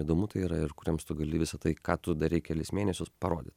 įdomu tai yra ir kuriems tu gali visa tai ką tu darei kelis mėnesius parodyt